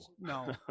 no